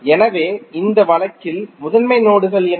எனவே இந்த வழக்கில் முதன்மை நோடுகள் என்ன